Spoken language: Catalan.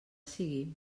sigui